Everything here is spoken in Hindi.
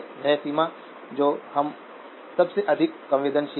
वह सीमा जो हम सबसे अधिक संवेदनशील हैं